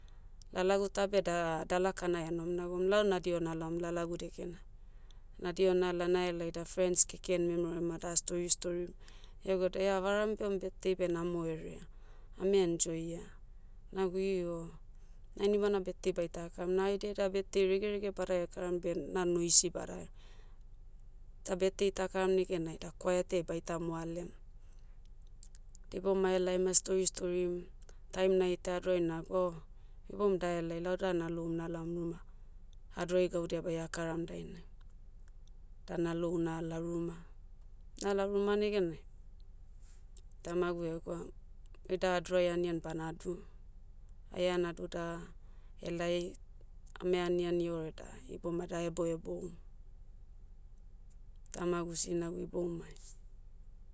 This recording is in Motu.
Lalagu ta beh da, dala kanai enom nagoum lau nadiho nalaom lalagu dekena. Nadiho nala nahelai da frens keken memero ema da ah stori storim. Egod ea varan beh oem birthday beh namoherea. Ame enjoy ah. Nago io, na inibana birthday baita karam. Na haideda birthday regerege badahe karam beh na noisy badahe. Ta birthday takaram negenai da kwaetai baita moale. Diboumai ahelai emai stori storim, taim naita adorai nag o, ibom dahelai lauda nalou nalaom ruma, hadorai gaudia baia karam dainai. Da nalou nala ruma. Nala ruma negenai, tamagu egwa, oida adrai anian banadu. Aia nadu na, helai. Ame aniani ore da, ibomai dahebou heboum. Tamagu sinagu iboumai.